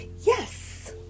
Yes